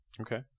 Okay